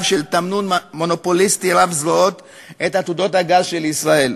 של תמנון מונופוליסטי רב-זרועות את עתודות הגז של ישראל,